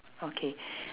okay